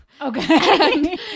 okay